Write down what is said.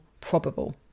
probable